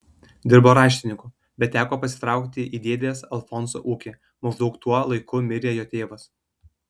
dirbo raštininku bet teko pasitraukti į dėdės alfonso ūkį maždaug tuo laiku mirė jo tėvas